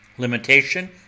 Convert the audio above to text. LIMITATION